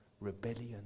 Rebellion